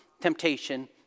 temptation